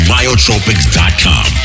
Myotropics.com